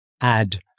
add